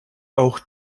auch